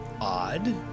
odd